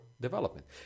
development